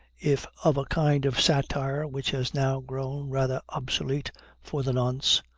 if of a kind of satire which has now grown rather obsolete for the nonce,